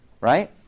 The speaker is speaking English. right